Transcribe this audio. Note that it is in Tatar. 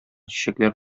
чәчәкләр